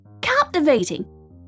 Captivating